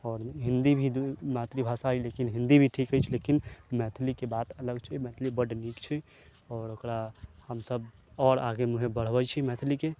आओर हिन्दी भी मातृभाषा अइ लेकिन हिन्दी भी ठीक अछि लेकिन मैथिली के बात अलग छै मैथिली बड्ड नीक छै आओर ओकरा हमसब आओर आगे मुहें बढबै छी मैथिली के